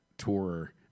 tour